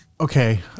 okay